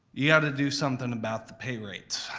you gotta do something about the pay rates.